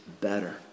better